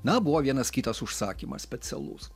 na buvo vienas kitas užsakymas specialus